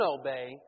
obey